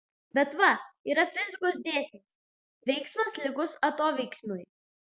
bet va yra fizikos dėsnis veiksmas lygus atoveiksmiui